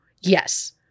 Yes